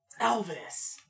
Elvis